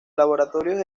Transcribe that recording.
laboratorios